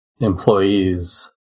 employees